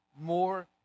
more